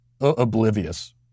oblivious